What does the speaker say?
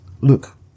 Look